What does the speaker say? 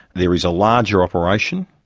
there is a larger operation,